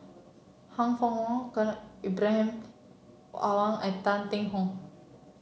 Han Fook Kwang Ibrahim Awang and Tan Yee Hong